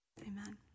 amen